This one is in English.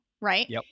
right